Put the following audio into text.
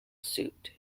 suit